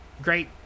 Great